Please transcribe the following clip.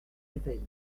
ayvelles